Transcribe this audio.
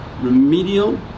remedial